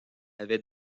avait